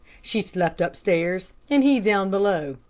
she slept up stairs, and he down below.